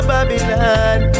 Babylon